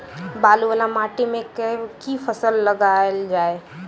बालू वला माटि मे केँ फसल लगाएल जाए?